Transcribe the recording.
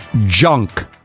junk